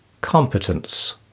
competence